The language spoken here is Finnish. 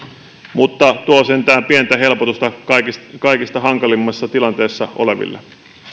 mutta tuo sentään pientä helpotusta kaikkein hankalimmassa tilanteessa oleville